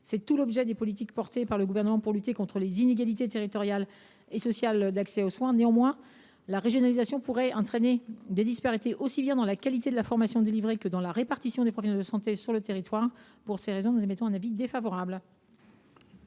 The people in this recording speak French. C’est tout l’objet des politiques menées par le Gouvernement pour lutter contre les inégalités territoriales et sociales d’accès aux soins. Néanmoins, la régionalisation pourrait entraîner des disparités aussi bien dans la qualité de l’information délivrée que dans la répartition des professions de santé sur le territoire. Je mets aux voix